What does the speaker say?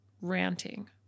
ranting